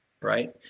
Right